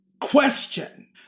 question